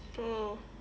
oh